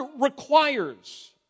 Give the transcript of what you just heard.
requires